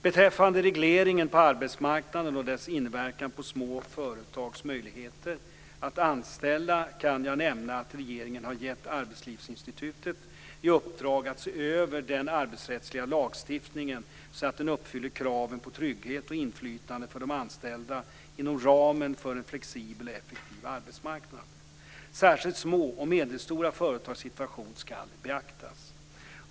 Beträffande regleringen på arbetsmarknaden och dess inverkan på små företags möjligheter att anställa kan jag nämna att regeringen har gett Arbetslivsinstitutet i uppdrag att se över den arbetsrättsliga lagstiftningen så att den uppfyller kraven på trygghet och inflytande för de anställda inom ramen för en flexibel och effektiv arbetsmarknad. Särskilt små och medelstora företags situation ska beaktas.